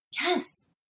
Yes